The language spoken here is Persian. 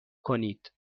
کنید